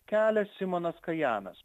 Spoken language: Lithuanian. kelia simonas kajanas